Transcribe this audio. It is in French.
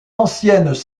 anciennes